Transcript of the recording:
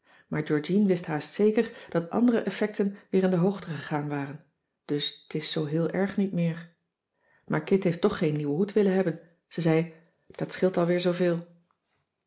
maar georgien wist haast zeker dat andere effecten weer in de hoogte gegaan waren dus t is zoo heel erg niet meer maar kit heeft toch geen nieuwen hoed willen hebben ze zei dat scheelt al weer zooveel